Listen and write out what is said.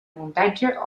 muntatge